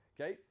okay